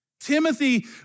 Timothy